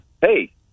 Hey